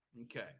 okay